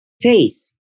face